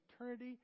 eternity